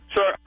Sir